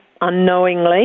unknowingly